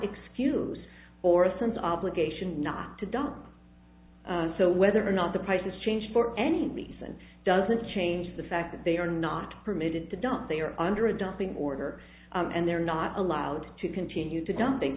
excuse or since obligation not to done so whether or not the prices change for any reason doesn't change the fact that they are not permitted to dump they are under a dumping order and they're not allowed to continue to dumping